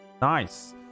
nice